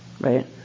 right